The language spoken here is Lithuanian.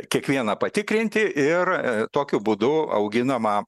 kiekvieną patikrinti ir tokiu būdu auginama